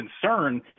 concern